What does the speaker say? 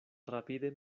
rapide